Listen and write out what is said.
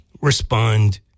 Respond